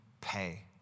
pay